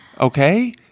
Okay